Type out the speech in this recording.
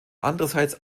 andererseits